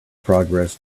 progress